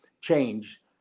change